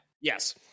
Yes